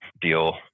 deal